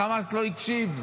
החמאס לא הקשיב.